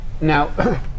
Now